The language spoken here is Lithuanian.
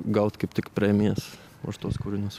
gaut kaip tik premijas už tuos kūrinius